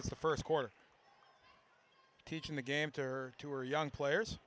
it's the first quarter teaching the game to her two or young players